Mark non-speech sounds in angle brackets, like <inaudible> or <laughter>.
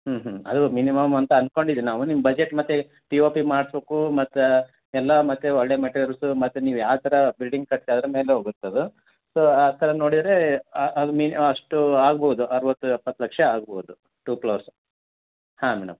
ಹ್ಞ್ ಹ್ಞ್ ಅದು ಮಿನಿಮಮ್ ಅಂತ ಅನ್ಕೊಂಡಿದ್ದು ನಾವು ನಿಮ್ಮ ಬಜೆಟ್ ಮತ್ತು ಪಿಓಪಿ ಮಾಡ್ಸೋಕೂ ಮತ್ತು ಎಲ್ಲಾ ಮತ್ತು ಒಳ್ಳೆಯ ಮೆಟಲ್ಸು ಮತ್ತು ನೀವು ಯಾವ ತರ ಬಿಲ್ಡಿಂಗ್ ಕಟ್ತಾ <unintelligible> ಅದ್ರ ಮೇಲೆ ಹೋಗುತ್ತೆ ಅದು ಸೋ ಆ ಥರ ನೋಡಿದರೆ ಅದು ಮಿ ಅಷ್ಟು ಆಗ್ಬೋದು ಅರವತ್ತು ಎಪ್ಪತ್ತು ಲಕ್ಷ ಆಗ್ಬೋದು ಟು ಪ್ಲೋರ್ಸ್ ಹಾಂ ಮೇಡಮ್